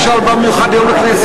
בשביל מה שאול בא במיוחד ליום בכנסת?